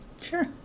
Sure